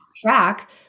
track